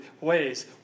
ways